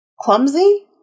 clumsy